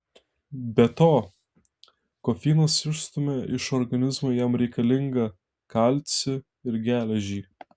be to kofeinas išstumia iš organizmo jam reikalingą kalcį ir geležį